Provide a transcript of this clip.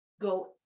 go